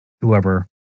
whoever